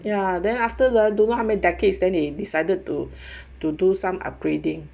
ya then after hor don't know how many decades then they decided to to do some upgrading